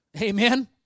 Amen